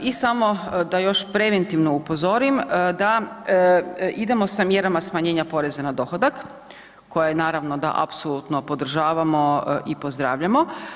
I samo da još preventivno upozorim da idemo sa mjerama smanjenja poreza na dohodak koja je naravno da apsolutno podržavamo i pozdravljamo.